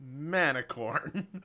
Manicorn